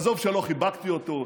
עזוב שלא חיבקתי אותו,